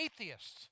atheists